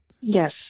Yes